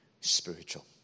spiritual